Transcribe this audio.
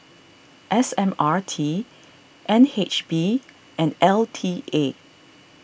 S M R T N H B and L T A